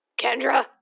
Kendra